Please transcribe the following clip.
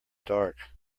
dark